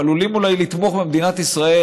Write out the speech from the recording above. עלולים אולי לתמוך במדינת ישראל,